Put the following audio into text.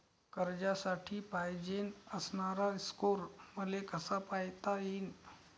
कर्जासाठी पायजेन असणारा स्कोर मले कसा पायता येईन?